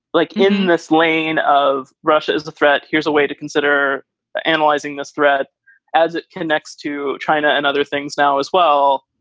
like in this lane of russia, is the threat. here's a way to consider ah analyzing this threat as it connects to china and other things now as well.